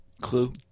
Clue